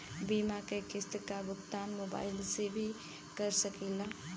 बीमा के किस्त क भुगतान मोबाइल से भी कर सकी ला?